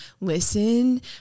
listen